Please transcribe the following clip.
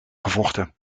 gevochten